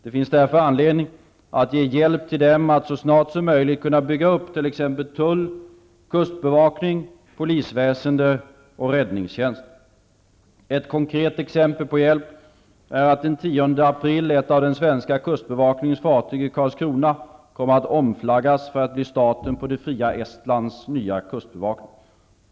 Det finns därför anledning att ge hjälp till dem att så snart som möjligt kunna bygga upp t.ex. tull, kustbevakning, polisväsende och räddningstjänst. Ett konkret exempel på hjälp är att den 10 april ett av den svenska kustbevakningens fartyg i Karlskrona kommer att omflaggas för att bli starten på det fria Estlands nya kustbevakning.